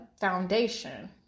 foundation